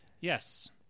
yes